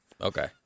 Okay